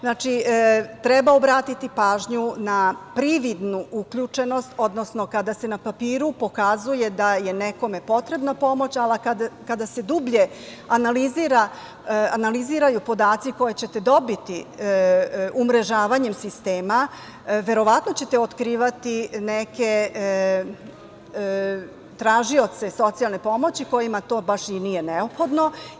Znači, treba obratiti pažnju na prividnu uključenost, odnosno kada se na papiru pokazuje da je nekome potrebna pomoć, ali kada se dublje analiziraju podaci koje ćete dobiti umrežavanjem sistema, verovatno ćete otkivati neke tražioce socijalne pomoći kojima to baš i nije neophodno.